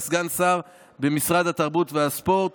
לסגן שר במשרד התרבות והספורט,